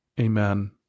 amen